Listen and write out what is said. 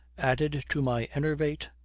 added to my enervate,